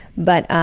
but,